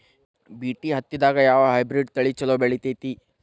BT ಹತ್ತಿದಾಗ ಯಾವ hybrid ತಳಿ ಛಲೋ ಬೆಳಿತೈತಿ?